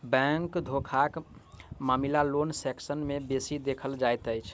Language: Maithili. बैंक धोखाक मामिला लोन सेक्सन मे बेसी देखल जाइत अछि